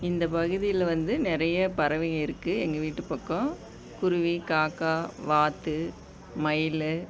இந்த பகுதியில் வந்து நிறைய பறவைங்கள் இருக்குது எங்கள் வீட்டு பக்கம் குருவி காக்கா வாத்து மயில்